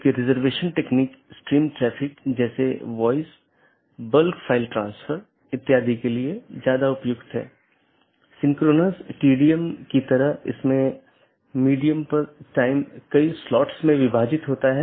एक पारगमन AS में मल्टी होम AS के समान 2 या अधिक ऑटॉनमस सिस्टम का कनेक्शन होता है लेकिन यह स्थानीय और पारगमन ट्रैफिक दोनों को वहन करता है